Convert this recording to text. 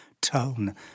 tone